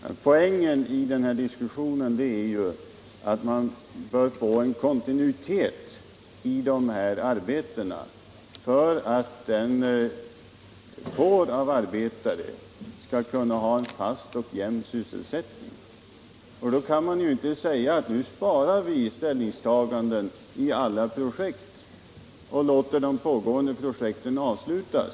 Herr talman! Poängen i denna diskussion är att man bör få en kontinuitet i arbetena för att denna arbetarkår skall kunna ha en fast och jämn sysselsättning. Man kan då inte säga att man skall vänta med ställningstagandena till alla nya projekt till dess att pågående projekt har avslutats.